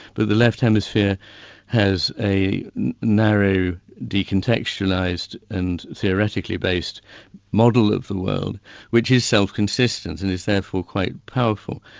the the left hemisphere has a narrow, decontextualised and theoretically based model of the world which is self consistent and is therefore quite powerful.